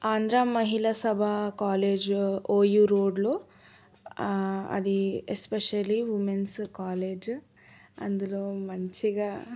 Andhra Mahila Sabha college OU రోడ్లో అది especially women's college అందులో మంచిగా